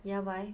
yeah why